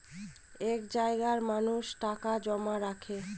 এক জায়গায় মানুষ টাকা জমা রাখে